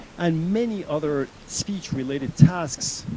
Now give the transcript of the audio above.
and many other speech related tasks,